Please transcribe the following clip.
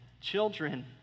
Children